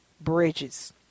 bridges